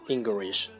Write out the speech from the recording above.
English